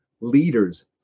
leaders